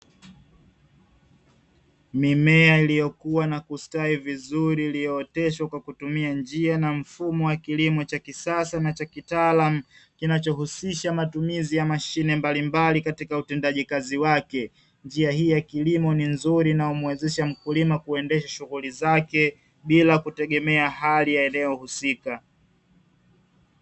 Mimea iliyokuwa na kustawi vizuri iliyooteshwa kwa kutumia njia na mfumo wakilimo cha kisasa na cha kitaalamu, kinachohusisha matumizi ya mashine mbalimbali katika utendaji kazi wake. Njia hii ya kilimo ni nzuri na muwezesha mkulima kuendesha shughuli zake, bila ya kutegemea hali ya eneo husika.